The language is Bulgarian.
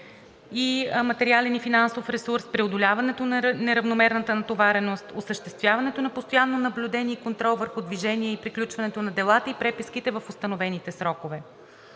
материален и финансов ресурс; преодоляването на неравномерната натовареност; осъществяването на постоянно наблюдение и контрол върху движението и приключването на делата и преписките в установените срокове.